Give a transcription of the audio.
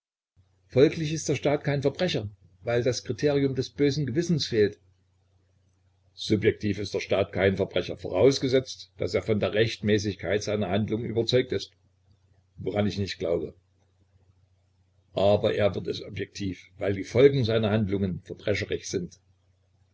folglich ist der staat kein verbrecher weil das kriterium des bösen gewissens fehlt subjektiv ist der staat kein verbrecher vorausgesetzt daß er von der rechtmäßigkeit seiner handlung überzeugt ist woran ich nicht glaube aber er wird es objektiv weil die folgen seiner handlungen verbrecherisch sind